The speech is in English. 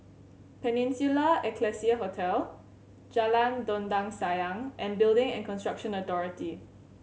Peninsula Excelsior Hotel Jalan Dondang Sayang and Building and Construction Authority